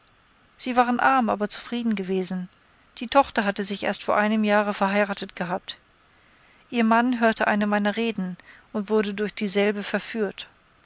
sie waren arm aber zufrieden gewesen die tochter hatte sich erst vor einem jahre verheiratet gehabt ihr mann hörte eine meiner reden und wurde durch dieselbe verführt